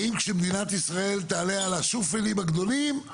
האם כשמדינת ישראל תעלה על השופלים הגדולים,